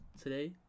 Today